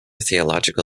theological